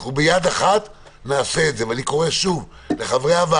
אנחנו ביד אחת נעשה את זה.